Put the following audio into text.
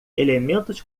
elementos